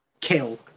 kill